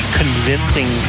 convincing